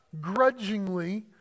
grudgingly